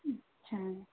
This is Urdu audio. اچھا